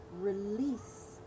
release